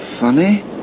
funny